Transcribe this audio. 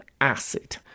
acid